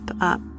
up